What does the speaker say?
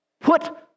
put